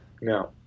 No